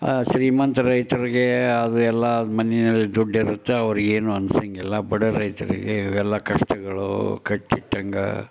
ಶ್ರೀಮಂತ ರೈತ್ರಿಗೆ ಅದು ಎಲ್ಲ ಮನೆಯಲ್ಲಿ ದುಡ್ಡಿರುತ್ತೆ ಅವ್ರ್ಗೆ ಏನೂ ಅನ್ಸೋಂಗಿಲ್ಲ ಬಡ ರೈತರಿಗೆ ಇವೆಲ್ಲ ಕಷ್ಟಗಳು ಕಟ್ಟಿಟ್ಟಂಗೆ